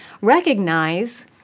recognize